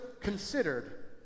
considered